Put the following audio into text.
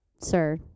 sir